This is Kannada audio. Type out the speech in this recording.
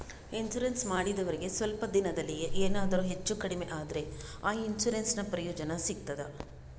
ಇನ್ಸೂರೆನ್ಸ್ ಮಾಡಿದವರಿಗೆ ಸ್ವಲ್ಪ ದಿನದಲ್ಲಿಯೇ ಎನಾದರೂ ಹೆಚ್ಚು ಕಡಿಮೆ ಆದ್ರೆ ಆ ಇನ್ಸೂರೆನ್ಸ್ ನ ಪ್ರಯೋಜನ ಸಿಗ್ತದ?